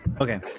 Okay